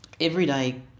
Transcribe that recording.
everyday